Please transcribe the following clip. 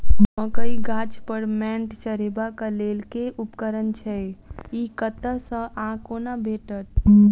मकई गाछ पर मैंट चढ़ेबाक लेल केँ उपकरण छै? ई कतह सऽ आ कोना भेटत?